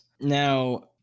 Now